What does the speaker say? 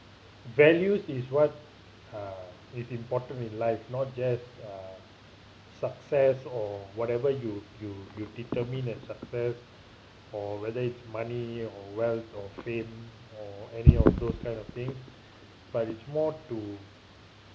values is what uh is important in life not just uh success or whatever you you you determine as success or whether it's money or wealth or fame or any of those kind of thing but it's more to